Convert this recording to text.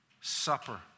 Supper